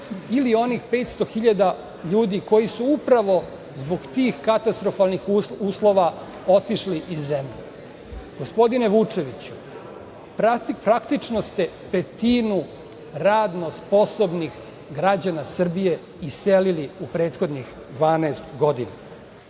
ili onih 500.000 ljudi koji su upravo zbog tih katastrofalnih uslova otišli iz zemlje. Gospodine Vučeviću, praktično ste petinu radno sposobnih građana Srbije iselili u prethodnih 12 godina.